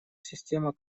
система